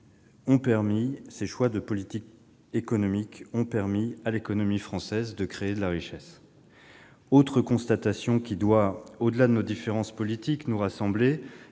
Je le dis clairement, ces choix ont permis à l'économie française de créer de la richesse. Autre constatation, qui doit, au-delà de nos différences politiques, nous rassembler